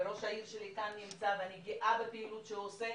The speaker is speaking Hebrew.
וראש העיר שלי כאן נמצא ואני גאה בפעילות שהוא עושה,